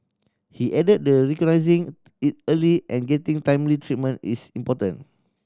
he added the recognising it early and getting timely treatment is important